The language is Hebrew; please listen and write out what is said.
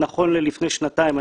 נכון ללפני שנתיים,